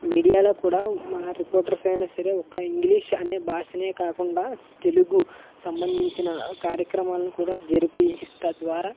మీడియాలో కూడా మన రిపోర్టర్స్ అయినా సరే ఒక ఇంగ్లీష్ అనే భాషనే కాకుండా తెలుగు సంబంధించిన కార్యక్రమాలని కూడా జరిపి తద్వారా